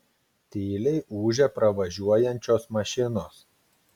tyliai ūžia pravažiuojančios mašinos